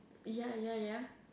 ya ya ya